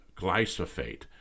glyphosate